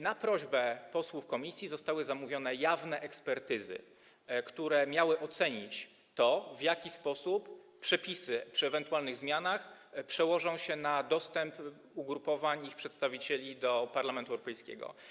Na prośbę posłów z komisji zostały zamówione jawne ekspertyzy, które miały ocenić, w jaki sposób przepisy przy ewentualnych zmianach przełożą się na dostęp ugrupowań, ich przedstawicieli do Parlamentu Europejskiego.